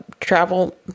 Travel